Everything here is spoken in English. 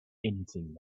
anything